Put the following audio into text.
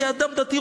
כאדם דתי,